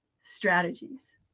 strategies